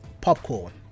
popcorn